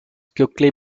quickly